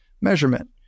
measurement